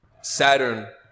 Saturn